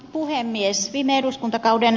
puhemies viime eduskuntakauden